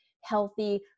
healthy